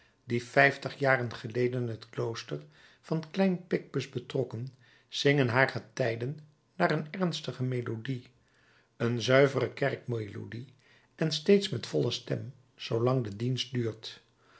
die vijftig jaren geleden het klooster van klein picpus betrokken zingen haar getijden naar een ernstige melodie een zuivere kerkmelodie en steeds met volle stem zoolang de dienst duurt